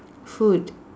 food